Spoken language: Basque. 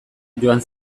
joan